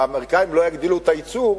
אם האמריקנים לא יגדילו את הייצור,